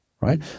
right